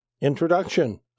Introduction